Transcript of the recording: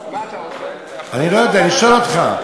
מה אתה רוצה, אני לא יודע, אני שואל אותך.